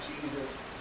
Jesus